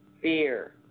fear